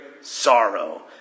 sorrow